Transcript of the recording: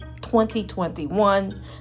2021